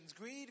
Greed